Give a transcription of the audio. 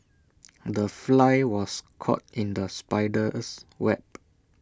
the fly was caught in the spider's web